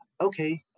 okay